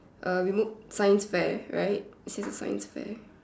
uh we move science fair right it says a science fair